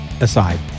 aside